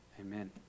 amen